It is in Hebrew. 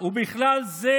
ובכלל זה